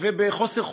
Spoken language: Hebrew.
ובחוסר חוכמה,